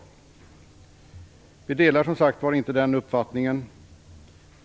Vi delar, som sagt var, inte denna uppfattning.